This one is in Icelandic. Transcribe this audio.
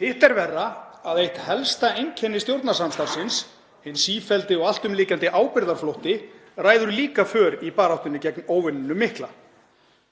Hitt er verra að eitt helsta einkenni stjórnarsamstarfsins, hinn sífelldi og alltumlykjandi ábyrgðarflótti, ræður líka för í baráttunni gegn óvininum mikla.